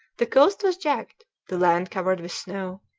the coast was jagged, the land covered with snow,